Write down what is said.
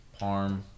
Parm